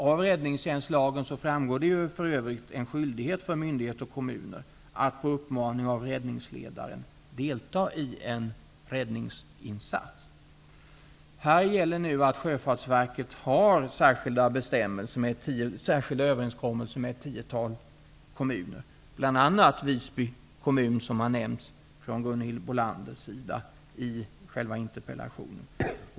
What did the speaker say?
Av räddningstjänstslagen framgår det för övrigt en skyldighet för myndigheter och kommuner att på uppmaning av räddningsledaren delta i en räddningsinsats. Här gäller nu att Sjöfartsverket har särskilda överenskommelser med ett tiotal kommuner, bl.a. Visby kommun, som Gunhild Bolander nämnde i interpellationen.